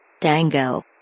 Dango